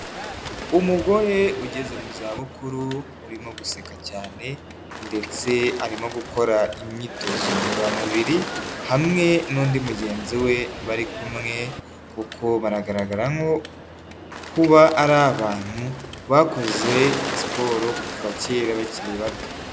Umugore ugeze mu za bukuru urimo guseka cyane ndetse arimo gukora imyitozo ngororamubiri hamwe n'undi mugenzi we bari kumwe kuko baragaragara nko kuba ari abantu bakoze siporo kuva kera bakiri bato.